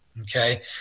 okay